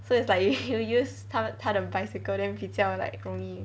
so it's like you you use 他的他的 bicycle then 比较 like 容易